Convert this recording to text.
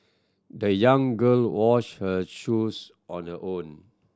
the young girl washed her shoes on her own